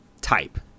type